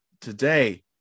today